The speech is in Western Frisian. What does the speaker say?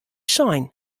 sein